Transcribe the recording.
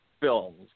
films